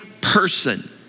person